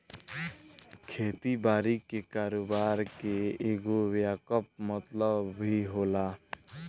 खेती बारी के कारोबार के एगो व्यापक मतलब भी होला